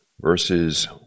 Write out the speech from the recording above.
verses